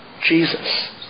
Jesus